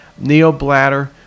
neobladder